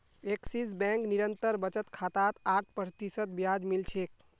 axis bank निरंतर बचत खातात आठ प्रतिशत ब्याज मिल छेक